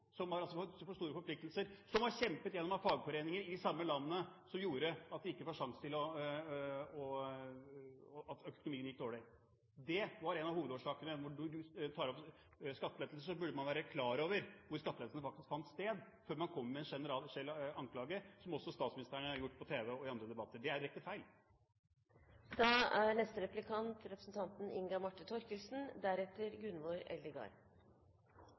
kjempet gjennom av fagforeninger i de samme landene, som gjorde at økonomien gikk dårlig. Det var en av hovedårsakene. Når Kolberg tar opp skattelettelser, burde man være klar over hvor skattelettelsene faktisk fant sted før man kommer med en generell anklage, som også statsministeren har gjort på TV og i andre debatter. Det er direkte feil. Som representanten Kolberg nettopp var inne på, er det noe befriende ved å høre representanten